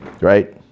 right